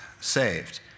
saved